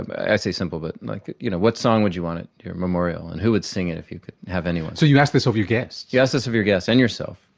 i say simple, but like you know what song would you want at your memorial and who would sing it if you could have anyone? so you ask this of your guests? you ask this of your guests and yourself.